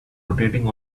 rotating